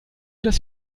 das